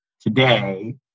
today